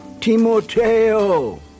Timoteo